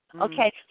okay